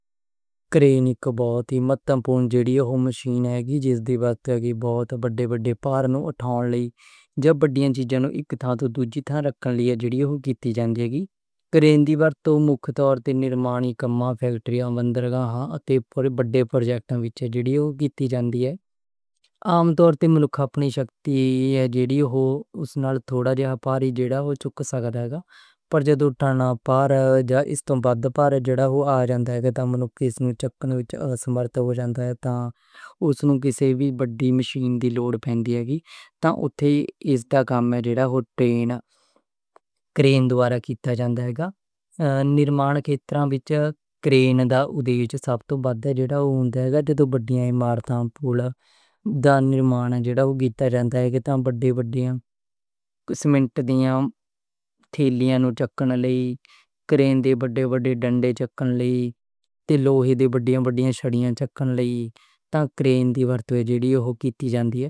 کرین اک بہت مہتوپورن مشین ہے گی، جس دا کم ہے بہت وڈے وڈے پاراں نوں اٹھاؤن لئی۔ جیہڑی ورتوں کیتی جاندی ہے، کرین دی گل توں مک طور تے نِرمانی کماں، فیکٹریاں، بندرگاہ اتے وڈے پرجیکٹاں وچ جیہڑی ورتوں کیتی جاندی ہے۔ عام طور تے منکھ اپنی شکتی نال تھوڑا جا پار ہی چک سکدا ہے، پر جدوں تنہاں اٹھانے پار آ جاندے نیں، تاں منکھ اس نوں چکّن وچ سمرتھ نہیں ہوندا، تاں اس نوں کسے وی وڈی مشین دی لوڑ پہندی ہے۔ تاں اتھے اس دا کم ہوندا جیہڑا کرین دوارہ کیتا جائے گا۔ نِرمان کندراں وچ کرین دا یوز سب توں جدوں وڈیاں عمارتاں، پلّاں دا نِرمان جیہڑا کیتا جاندا، وڈیاں سیمنٹ دیاں تھیلیاں نوں چکّن لئی تے لوہے دیاں وڈیاں سریاں نوں چکّن لئی تاں کرین دی ورتوں وی جیہڑی کیتی جاندی ہے۔